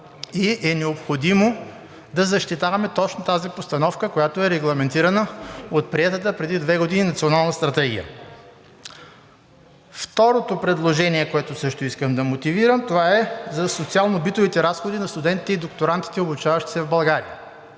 и е необходимо да защитаваме точно тази постановка, която е регламентирана от приетата преди две години Национална стратегия. Второто предложение, което също искам да мотивирам, това е за социално-битовите разходи на студентите и докторантите, обучаващи се в България.